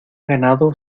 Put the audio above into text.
ganado